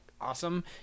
awesome